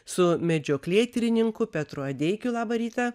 su medžioklėtyrininkų petru adeikiu labą rytą